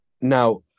Now